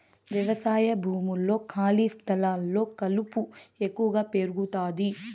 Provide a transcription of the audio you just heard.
వ్యవసాయ భూముల్లో, ఖాళీ స్థలాల్లో కలుపు ఎక్కువగా పెరుగుతాది